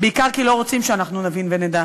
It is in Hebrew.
בעיקר כי לא רוצים שאנחנו נבין ונדע.